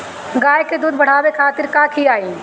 गाय के दूध बढ़ावे खातिर का खियायिं?